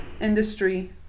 industry